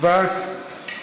ההצעה להעביר את הנושא